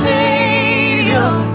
Savior